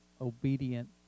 obedient